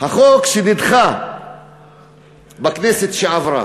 החוק שנדחה בכנסת שעברה.